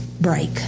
break